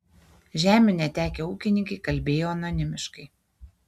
žemių netekę ūkininkai kalbėjo anonimiškai